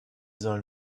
sollen